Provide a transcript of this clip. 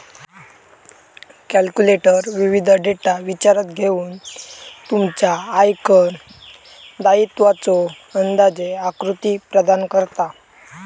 calculator विविध data विचारात घेऊन तुमच्या आयकर दायित्वाचो अंदाजे आकृती प्रदान करता